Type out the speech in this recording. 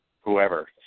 whoever